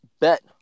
bet